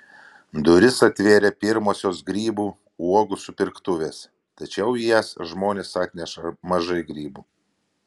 duris atvėrė pirmosios grybų uogų supirktuvės tačiau į jas žmonės atneša mažai grybų